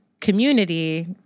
community